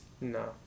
No